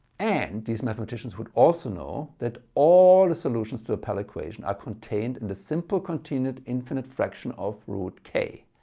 and these mathematicians would also know that all the solutions to the pell equation are contained in the simple continued infinite fraction of root k.